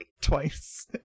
twice